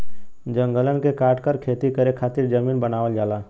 जंगलन के काटकर खेती करे खातिर जमीन बनावल जाला